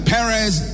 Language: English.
Perez